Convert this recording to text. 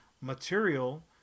material